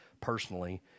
personally